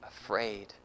afraid